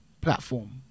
platform